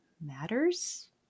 matters